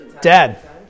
Dad